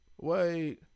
Wait